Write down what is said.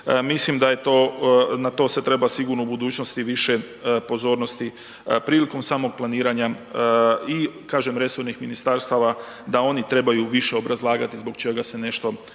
mislim da je to, na to se treba sigurno u budućnosti više pozornosti prilikom samog planiranja i kažem resornih ministarstava da oni trebaju više obrazlagati zbog čega se nešto,